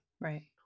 right